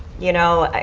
you know,